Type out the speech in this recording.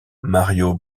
mario